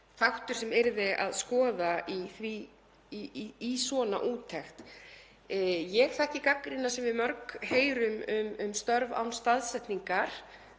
þáttur sem yrði að skoða í svona úttekt. Ég þekki gagnrýnina sem við mörg heyrum um störf án staðsetningar,